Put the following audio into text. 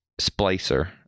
splicer